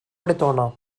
bretona